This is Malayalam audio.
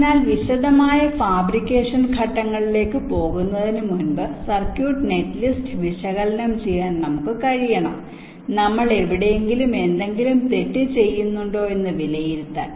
അതിനാൽ വിശദമായ ഫാബ്രിക്കേഷൻ ഘട്ടങ്ങളിലേക്ക് പോകുന്നതിനുമുമ്പ് സർക്യൂട്ട് നെറ്റ്ലിസ്റ്റ് വിശകലനം ചെയ്യാൻ ഞങ്ങൾക്ക് കഴിയണം നമ്മൾ എവിടെയെങ്കിലും എന്തെങ്കിലും തെറ്റ് ചെയ്യുന്നുണ്ടോ എന്ന് വിലയിരുത്താൻ